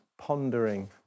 pondering